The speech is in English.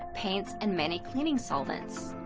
paints, and many cleaning solvents.